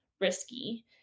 risky